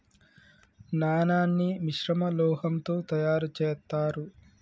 నాణాన్ని మిశ్రమ లోహంతో తయారు చేత్తారు